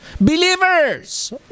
Believers